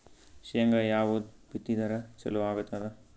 ಶೇಂಗಾ ಯಾವದ್ ಬಿತ್ತಿದರ ಚಲೋ ಆಗತದ?